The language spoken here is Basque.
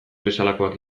bezalakoak